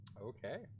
okay